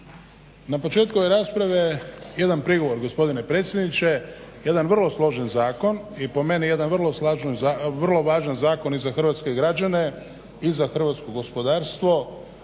Na početku rasprave jedan prigovor gospodine predsjedniče, jedan vrlo složen zakon i po meni jedan vrlo važan zakon i za hrvatske građane i za hrvatsko gospodarstvo.